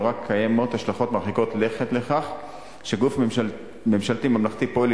ולאורה קיימות השלכות מרחיקות לכת לכך שגוף ממשלתי ממלכתי פועל